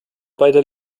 beider